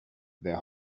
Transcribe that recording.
their